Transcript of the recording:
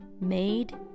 made